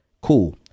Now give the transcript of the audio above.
Cool